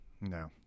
No